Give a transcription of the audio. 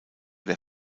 der